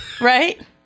Right